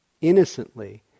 innocently